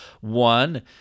One